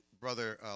Brother